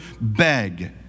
beg